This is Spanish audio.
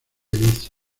eliza